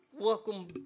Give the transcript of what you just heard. Welcome